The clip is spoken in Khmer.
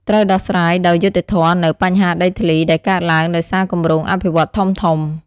ត្រូវដោះស្រាយដោយយុត្តិធម៌នូវ បញ្ហាដីធ្លី ដែលកើតឡើងដោយសារគម្រោងអភិវឌ្ឍន៍ធំៗ។